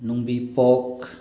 ꯅꯨꯡꯕꯤꯄꯣꯛ